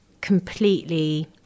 completely